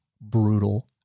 brutal